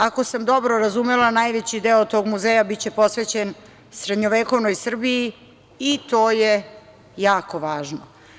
Ako sam dobro razumela, najveći deo tog muzeja biće posvećen srednjovekovnoj Srbiji i to je jako važno.